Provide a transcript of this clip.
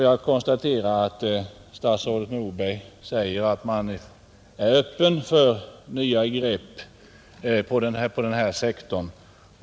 Jag konstaterar att statsrådet säger att man är öppen för nya grepp på denna sektor.